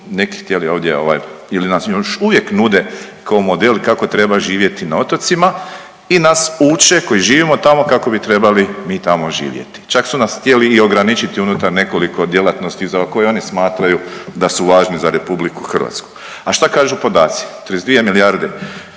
neki htjeli ovdje ovaj ili nas još uvijek nude kao model kako treba živjeti na otocima i nas uče koji živimo tamo kako bi trebali mi tamo živjeti. Čak su nas htjeli i ograničiti unutar nekoliko djelatnosti za koje oni smatraju da su važni za RH. A šta kažu podaci? 32 milijarde